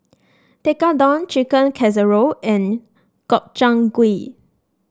Tekkadon Chicken Casserole and Gobchang Gui